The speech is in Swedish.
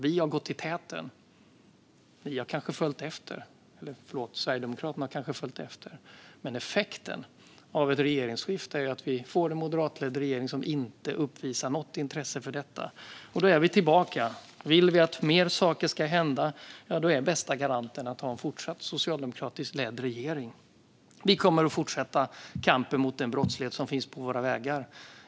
Vi har gått i täten. Sverigedemokraterna har följt efter. Men effekten av ett regeringsskifte vore att vi får en moderatledd regering som inte har uppvisat något intresse för detta. Då är vi tillbaka: Om vi vill att fler saker ska hända är en fortsatt socialdemokratiskt ledd regering den bästa garanten för det. Vi kommer att fortsätta kampen mot den brottslighet som finns på vägarna.